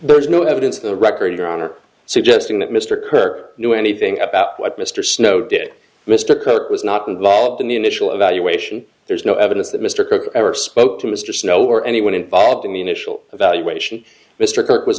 there's no evidence the record your honor suggesting that mr kerr knew anything about what mr snow did mr cote was not involved in the initial evaluation there is no evidence that mr cooke ever spoke to mr snow or anyone involved in the initial evaluation mr clarke was